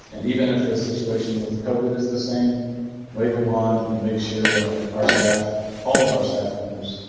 and even if the situation with cove, it is the same way that wand and make sure that our staff all of our staff members.